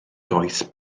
goes